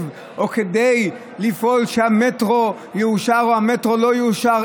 או כדי לפעול לכך שהמטרו יאושר או לכך שהמטרו לא יאושר,